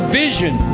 vision